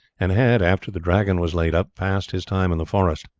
and had, after the dragon was laid up, passed his time in the forest.